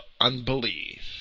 unbelief